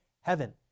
heaven